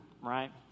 right